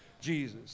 Jesus